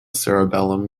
cerebellum